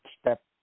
step